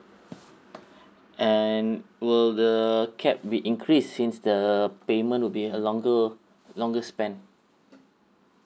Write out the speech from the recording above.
and will the cap be increased since the payment will be a longer longer span